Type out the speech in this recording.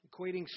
equating